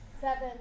seven